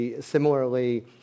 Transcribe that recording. Similarly